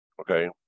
Okay